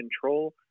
control